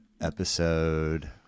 Episode